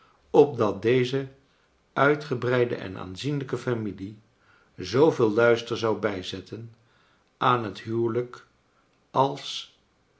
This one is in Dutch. opdat deze uitgebreide en aanzienlijke familie zooveel luister zou bijzetten aan het huwelrjk als